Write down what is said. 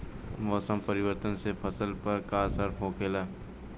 मौसम परिवर्तन से फसल पर का असर होखेला?